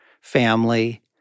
family